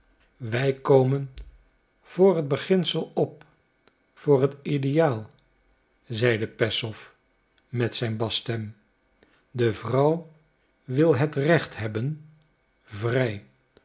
wij komen voor het beginsel op voor het ideaal zeide peszow met zijn basstem de vrouw wil het recht hebben vrij